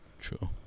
True